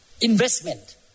investment